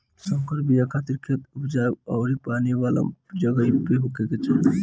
संकर बिया खातिर खेत उपजाऊ अउरी पानी वाला जगही पे होखे के चाही